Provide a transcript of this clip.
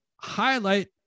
highlight